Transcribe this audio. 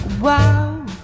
Wow